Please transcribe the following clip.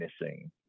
missing